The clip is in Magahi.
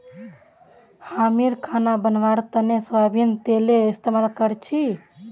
हामी खाना बनव्वार तने सोयाबीनेर तेल इस्तेमाल करछी